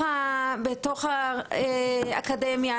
בתוך האקדמיה,